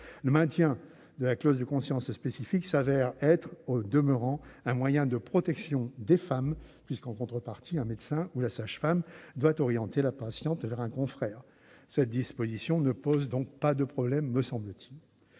Le maintien de la clause de conscience spécifique se révèle au demeurant un moyen de protection des femmes, puisqu'en contrepartie le médecin ou la sage-femme concerné doit orienter la patiente vers un confrère. Cette disposition ne pose donc pas de problème, me semble-t-il.